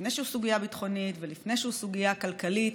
לפני שהוא סוגיה ביטחונית ולפני שהוא סוגיה כלכלית,